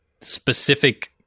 specific